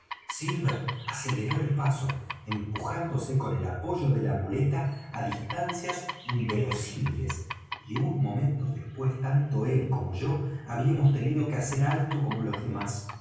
silver aceleró el paso empujándose con el apoyo de la muleta á distancias inverosímiles y un momento después tanto él como yo habíamos tenido que hacer alto como los demás